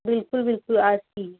बिल्कुल बिल्कुल आज की है